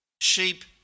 Sheep